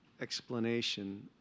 explanation